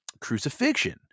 crucifixion